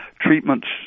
treatments